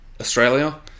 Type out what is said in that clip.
Australia